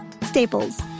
Staples